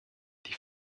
die